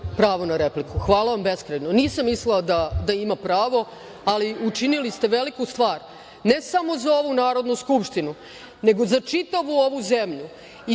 Hvala vam beskrajno. Nisam mislila da ima pravo, ali učinili ste veliku stvar ne samo za ovu Narodnu skupštinu, nego i za čitavu ovu zemlju